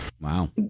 Wow